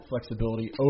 flexibility